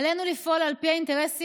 עלינו לפעול על פי האינטרסים